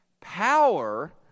Power